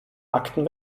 akten